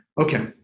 Okay